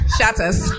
Shatters